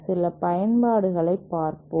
சில பயன்பாடுகளைப் பார்ப்போம்